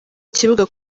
kibuga